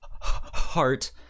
heart